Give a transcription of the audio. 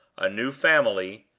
a new family,